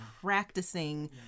practicing